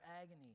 agony